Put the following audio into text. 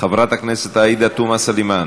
חברת הכנסת עאידה תומא סלימאן,